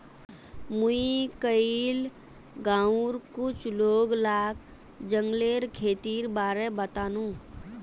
मुई कइल गांउर कुछ लोग लाक जंगलेर खेतीर बारे बतानु